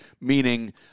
meaning